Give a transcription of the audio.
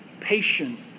patient